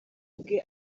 bwe